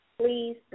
Please